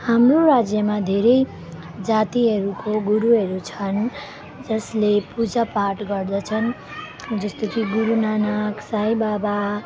हाम्रो राज्यमा धेरै जातिहरूको गुरुहरू छन् जसले पूजापाठ गर्दछन् जस्तो कि गुरुनानक साईबाबा